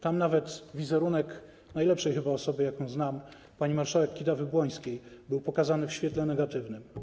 Tam nawet wizerunek najlepszej chyba osoby, jaką znam, pani marszałek Kidawy-Błońskiej, był pokazany w świetle negatywnym.